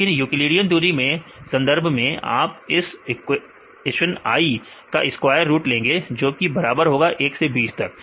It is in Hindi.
लेकिन यूक्लिडियन दूरी के संदर्भ में आप इस इक्वेशन मैं i का स्क्वायर रूट लेंगे जो कि बराबर होगा 1 से 20 तक